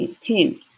team